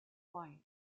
white